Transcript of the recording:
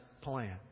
plan